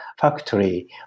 factory